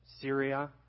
Syria